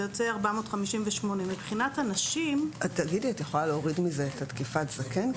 זה יוצא 458. את יכולה להוריד מזה תקיפת זקן?